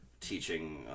teaching